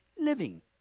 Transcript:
living